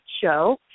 show